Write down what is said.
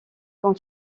quand